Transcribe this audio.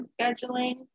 scheduling